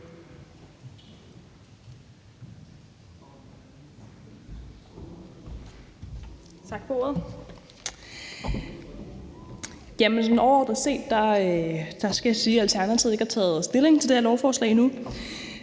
jeg sige, at Alternativet ikke har taget stilling til det her lovforslag endnu.